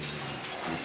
גברתי